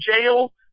jail